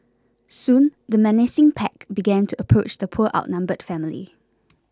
soon the menacing pack began to approach the poor outnumbered family